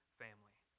family